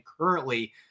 currently